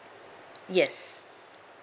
yes